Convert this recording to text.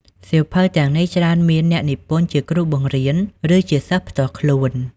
សៀវភៅទាំងនេះច្រើនមានអ្នកនិពន្ធជាគ្រូបង្រៀន ឬជាសិស្សផ្ទាល់ខ្លួន។